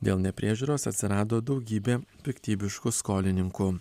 dėl nepriežiūros atsirado daugybė piktybiškų skolininkų